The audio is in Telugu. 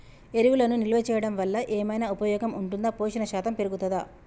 ఎరువులను నిల్వ చేయడం వల్ల ఏమైనా ఉపయోగం ఉంటుందా పోషణ శాతం పెరుగుతదా?